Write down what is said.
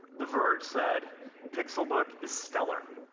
the verge said pixelbook is stellar.